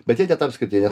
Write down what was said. bet jie ne tam skirti nes